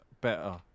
better